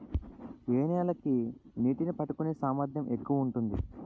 ఏ నేల కి నీటినీ పట్టుకునే సామర్థ్యం ఎక్కువ ఉంటుంది?